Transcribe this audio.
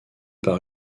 par